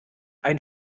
ein